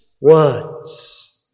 words